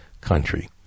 country